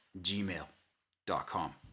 gmail.com